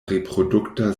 reprodukta